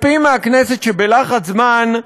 מצפים מהכנסת שבלחץ זמן,